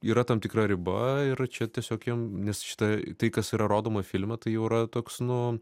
yra tam tikra riba ir čia tiesiog jiem nes šita tai kas yra rodoma filme tai jau yra toks nu